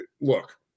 look